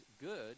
good